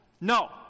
no